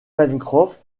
pencroff